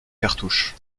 cartouches